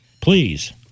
Please